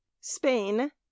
Spain